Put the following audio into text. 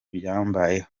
byambayeho